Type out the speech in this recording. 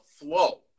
flow